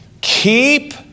Keep